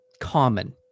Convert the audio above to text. common